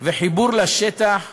וחיבור לשטח ולעם.